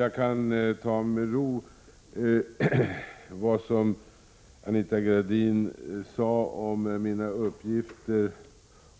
Herr talman! Vad Anita Gradin sade om mina uppgifter